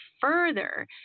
further